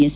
S